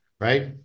right